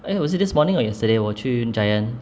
eh was it this morning or yesterday 我去 giant